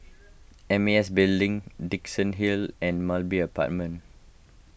M A S Building Dickenson Hill Road and Mulberry Avenue